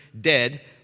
dead